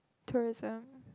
tourism